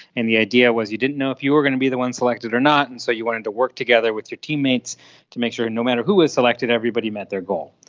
and the idea was you didn't know if you were going to be the one selected or not, and so you wanted to work together with your teammates to make sure and no matter who was selected everybody met their goal.